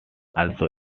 also